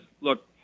look